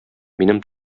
минем